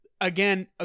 again